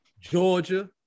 Georgia